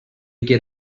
get